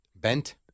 Bent